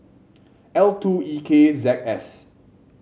L two E K Z S